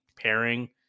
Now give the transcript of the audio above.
pairing